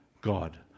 God